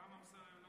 אדוני היושב-ראש,